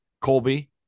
Colby